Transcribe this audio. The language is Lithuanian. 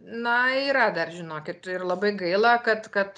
na yra dar žinokit ir labai gaila kad kad